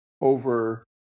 over